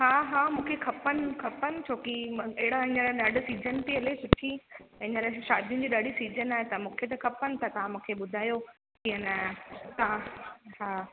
हा हा मूंखे खपनि खपनि छो की अहिड़ा हींअर ॾाढा सीजन पेई हले सुठी हींअर शादियुनि जी ॾाढी सीजन आहे त मूंखे त खपनि त तव्हां मूंखे ॿुधायो की अन तव्हां हा